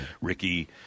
Ricky